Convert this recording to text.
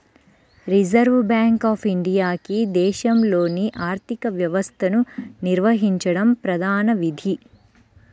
reserve bank of ఇండియాకి దేశంలోని ఆర్థిక వ్యవస్థను నిర్వహించడం ప్రధాన విధి